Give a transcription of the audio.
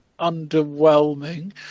underwhelming